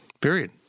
period